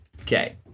Okay